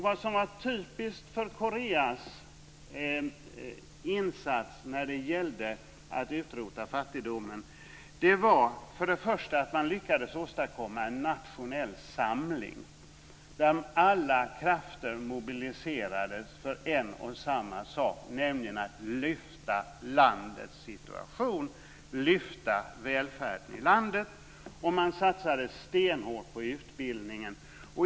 Vad som var typiskt för Koreas insats för att utrota fattigdomen var till att börja med att man lyckades åstadkomma en nationell samling där alla krafter mobiliserades för en och samma sak, nämligen att lyfta landets situation och öka välfärden i landet. Man satsade stenhårt på utbildning.